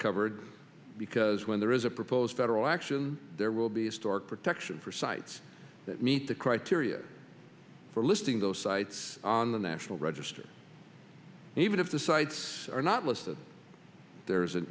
covered because when there is a proposed federal action there will be a stark protection for sites that meet the criteria for listing those sites on the national register and even if the sites are not listed there is an